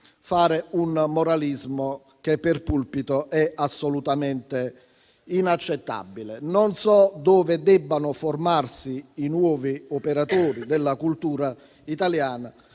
fare un moralismo che, per pulpito, è assolutamente inaccettabile. Non so dove debbano formarsi i nuovi operatori della cultura italiana.